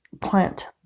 plant